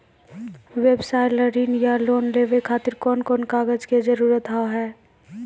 व्यवसाय ला ऋण या लोन लेवे खातिर कौन कौन कागज के जरूरत हाव हाय?